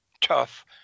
Tough